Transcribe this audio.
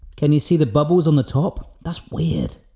can you see the bubbles on the top? that's weird.